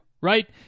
right